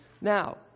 now